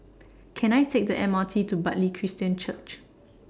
Can I Take The M R T to Bartley Christian Church